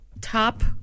top